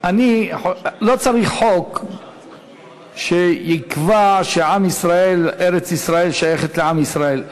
לא צריך חוק שיקבע שארץ-ישראל שייכת לעם ישראל.